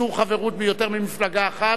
איסור חברות ביותר ממפלגה אחת),